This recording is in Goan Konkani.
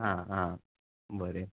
आं आं बरें